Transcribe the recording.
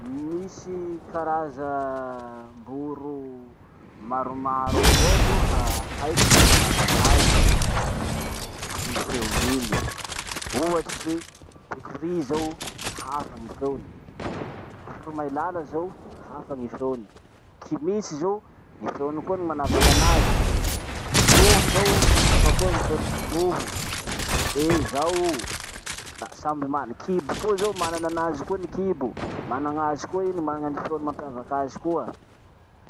Misy karazam-boro maromaro avao aloha haiko ty manavak'azy amy feon'iny. Ohatsy hoe bekory zao hafa ny feony, voromailala zao hafa gny feony, kinitso zao ny feony koa ny manavak'anazy, toloha zao hafa koa ny feon'ny tolovo. Eh! Zao o. La samby mana- kibo koa zao mana ny anazy koa ny kibo. Mana gn'azy koa iny mana gn'any feony mampiavaky azy koa.